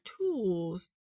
tools